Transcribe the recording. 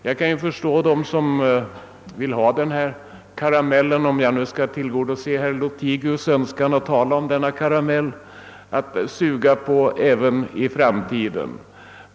Jag kan förstå dem som vill ha denna karamell, om jag nu skall tillgodose herr Lothigius” önskan att tala om denna karamell, att suga på även i framtiden.